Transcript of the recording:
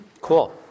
Cool